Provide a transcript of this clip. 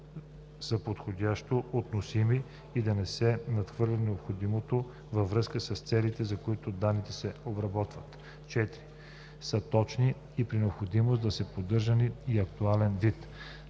са подходящи, относими и да не надхвърлят необходимото във връзка с целите, за които данните се обработват; 4. са точни и при необходимост да са поддържани в актуален вид;